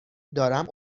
دارم